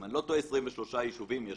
אני לא טועה, ל-23 יישובים יש